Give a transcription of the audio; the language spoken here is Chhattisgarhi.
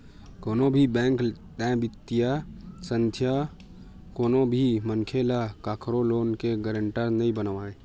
कोनो भी बेंक ते बित्तीय संस्था कोनो भी मनखे ल कखरो लोन के गारंटर नइ बनावय